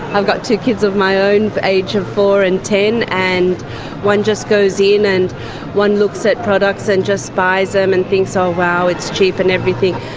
i've got two kids of my own, the age of four and ten, and one just goes in and one looks at products and just buys them and thinks, so wow, it's cheap and everything,